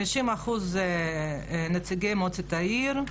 50% נציגי מועצת העיר,